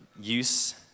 use